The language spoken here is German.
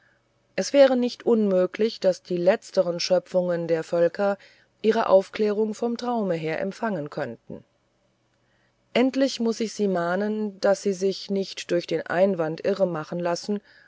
es wäre nicht unmöglich daß die letzteren schöpfungen der völker ihre aufklärung vom traume her empfangen könnten endlich muß ich sie mahnen daß sie sich nicht durch den einwand irre machen lassen